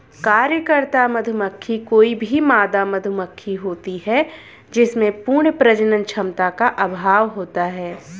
कार्यकर्ता मधुमक्खी कोई भी मादा मधुमक्खी होती है जिसमें पूर्ण प्रजनन क्षमता का अभाव होता है